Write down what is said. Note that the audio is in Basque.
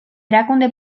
erakunde